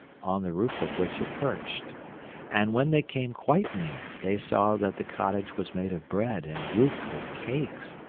on the roof of which it perched and when they came quite near they saw that the cottage was made of bread and roofed with cakes,